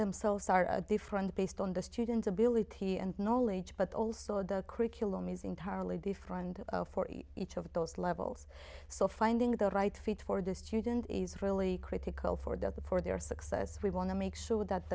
themselves are different based on the student's ability and knowledge but also the curriculum is entirely different for each of those levels so finding the right fit for the student is really critical for that the for their success we want to make sure that th